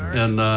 and